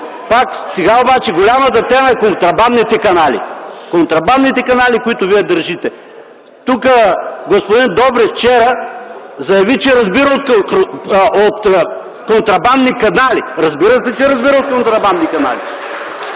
Сега обаче голямата тема е контрабандните канали – контрабандните канали, които вие държите. Тук господин Добрев вчера заяви, че разбира от контрабандни канали. Разбира се, че разбирате от контрабандни канали.